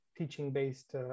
Teaching-based